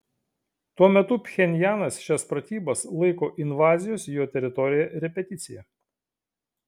tuo metu pchenjanas šias pratybas laiko invazijos į jo teritoriją repeticija